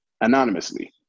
anonymously